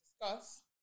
discuss